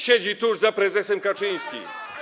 Siedzi tuż za prezesem Kaczyńskim.